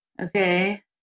Okay